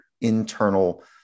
internal